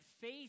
faith